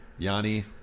Yanni